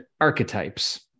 archetypes